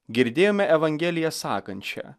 girdėjome evangeliją sakančią